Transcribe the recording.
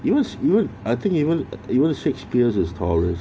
even sh~ even I think even even shakespeare is taurus